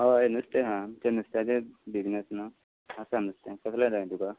हय नुस्तें आसा आमचें नुसत्याचेंत बिझनस नू आसा नुस्तें कसले जाय तुका